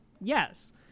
Yes